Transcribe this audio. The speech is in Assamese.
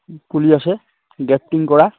পুলি আছে গ্ৰেফটিং কৰা